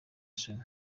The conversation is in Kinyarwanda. isoni